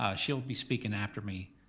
ah she'll be speaking after me.